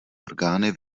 orgány